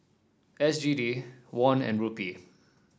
S G D Won and Rupee